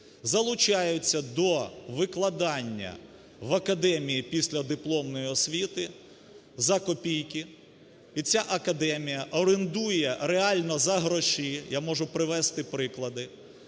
залучаються до викладання в Академії післядипломної освіти за копійки, і ця академія орендує реально за гроші (я можу привести приклади: